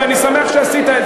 אחרי מה שעשה יאסר